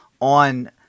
on